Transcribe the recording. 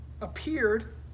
appeared